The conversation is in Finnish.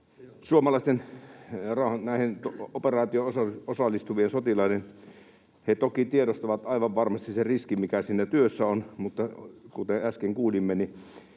suomalaisten sotilaiden turvallisuus. He toki tiedostavat aivan varmasti sen riskin, mikä siinä työssä on, mutta kuten äsken kuulimme,